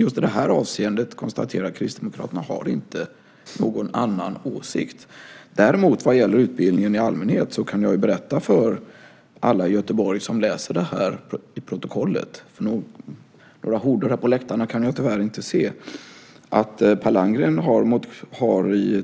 Just i det här avseendet, konstaterar Kristdemokraterna, har man inte någon annan åsikt. När det gäller utbildning i allmänhet kan jag berätta för alla i Göteborg som läser det här protokollet - några horder på läktarna kan jag tyvärr inte se - att Per Landgren